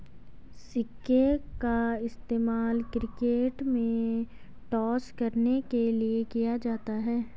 सिक्के का इस्तेमाल क्रिकेट में टॉस करने के लिए किया जाता हैं